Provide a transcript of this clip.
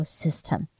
system